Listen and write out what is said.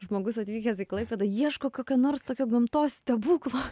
žmogus atvykęs į klaipėdą ieško kokio nors tokio gamtos stebuklo